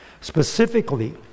specifically